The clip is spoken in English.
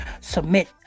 submit